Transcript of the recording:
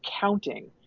counting